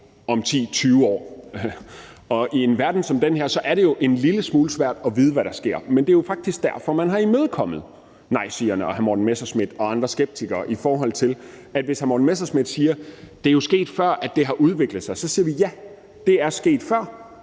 om 10, 20 år, og i en verden som den her er det jo en lille smule svært at vide, hvad der sker. Men det er jo faktisk derfor, man har imødekommet nejsigerne og hr. Morten Messerschmidt og andre skeptikere, for når hr. Morten Messerschmidt siger, at det jo er sket før, at det har udviklet sig, siger vi: Ja, det er sket før,